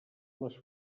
les